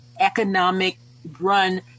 economic-run